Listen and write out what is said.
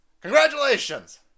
congratulations